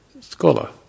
scholar